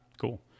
cool